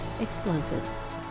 explosives